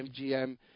MGM